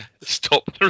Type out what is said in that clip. stop